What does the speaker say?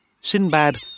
Sinbad